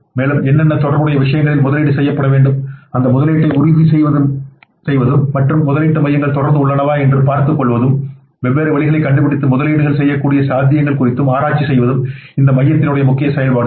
மேலும் என்னென்ன தொடர்புடைய விஷயங்களில் முதலீடு செய்யப்பட வேண்டும் அந்த முதலீட்டை உறுதி செய்வதும் மற்றும் முதலீட்டு மையங்கள் தொடர்ந்து உள்ளனவா என்று பார்த்துக் கொள்வதும் வெவ்வேறு வழிகளைக் கண்டுபிடித்து முதலீடுகள் செய்யக்கூடிய சாத்தியங்கள்குறித்தும் ஆராய்ச்சி செய்வதும் இந்த மையத்தின் உடைய முக்கிய செயல்பாடுகள்